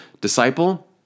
disciple